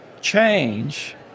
change